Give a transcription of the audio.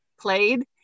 played